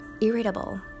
irritable